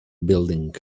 building